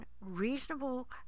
reasonable